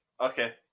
Okay